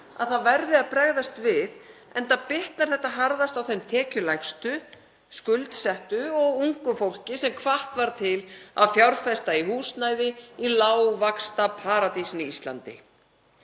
að það verði að bregðast við, enda bitnar þetta harðast á þeim tekjulægstu, skuldsettu og ungu fólki sem hvatt var til að fjárfesta í húsnæði í lágvaxtaparadísinni Íslandi.